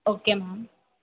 okay ma'am